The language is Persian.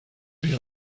بیا